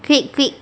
quick quick